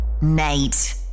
Nate